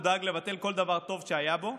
דאג לבטל כל דבר טוב שהיה בו.